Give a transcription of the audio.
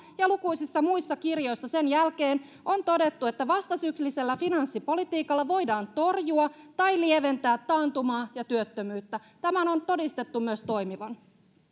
ja lukuisissa muissa kirjoissa sen jälkeen on todettu että vastasyklisellä finanssipolitiikalla voidaan torjua tai lieventää taantumaa ja työttömyyttä tämän on todistettu myös toimivan